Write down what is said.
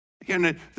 Again